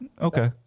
Okay